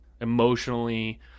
Emotionally